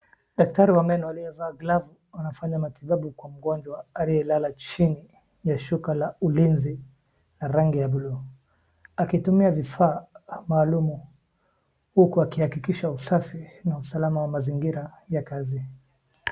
Daktari wa meno aliyevaa glavu anafanya matibabu kwa mgonjwa aliyelala chini ya shuka la ulinzi la rangi ya buluu, akitumia vifaa maalumu huku wakihakikisha usafi na usalama wa mazingira ya kazi.